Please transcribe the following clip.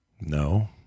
No